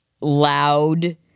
loud